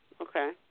Okay